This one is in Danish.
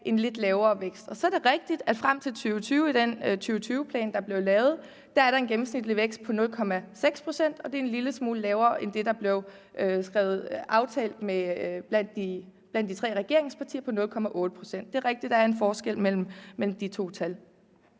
en lidt lavere vækst. Så er det rigtigt, at frem til 2020 i den 2020-plan, der blev lavet, er der en gennemsnitlig vækst på 0,6 pct., og det er en lille smule lavere end den vækst på 0,8 pct., der blev aftalt mellem de tre regeringspartier. Det er rigtigt, at der er en forskel mellem de to tal.